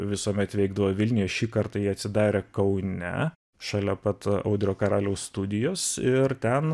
visuomet veikdavo vilniuje šį kartą ji atsidarė kaune šalia pat audrio karaliaus studijos ir ten